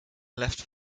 left